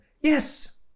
Yes